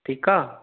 ठीकु आहे